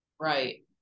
Right